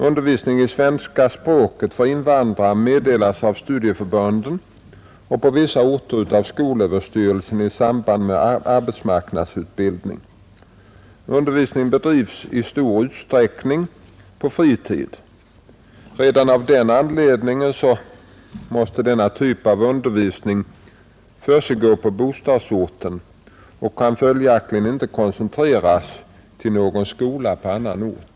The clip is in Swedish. Undervisning i svenska språket för invandrare meddelas av studieförbunden och på vissa orter av skolöverstyrelsen i samband med arbetsmarknadsutbildning. Undervisningen bedrivs i stor utsträckning på fritiden. Redan av denna anledning måste ' denna typ av undervisning försiggå på bostadsorten och-kan följaktligen inte koncentreras till någon skola på annan ort.